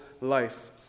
life